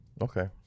Okay